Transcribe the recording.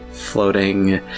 Floating